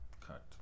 cut